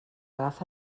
agafa